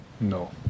No